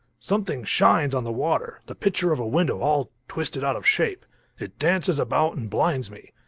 something shines on the water the picture of a window all twisted out of shape it dances about and blinds me.